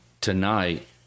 tonight